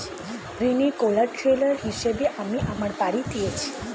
ঋনের কোল্যাটেরাল হিসেবে আমি আমার বাড়ি দিয়েছি